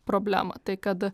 problemą tai kad